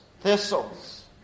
thistles